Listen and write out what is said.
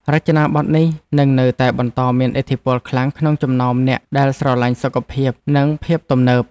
រចនាប័ទ្មនេះនឹងនៅតែបន្តមានឥទ្ធិពលខ្លាំងក្នុងចំណោមអ្នកដែលស្រឡាញ់សុខភាពនិងភាពទំនើប។